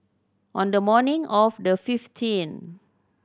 on the morning of the fifteenth